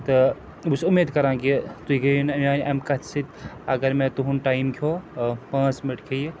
تہٕ بہٕ چھُس اُمید کَران کہِ تُہۍ گٔیِو نہٕ میٛانہِ اَمہِ کَتھِ سۭتۍ اگر مےٚ تُہُنٛد ٹایم کھیوٚو پانٛژھ مِنٹ کھیٚیہِ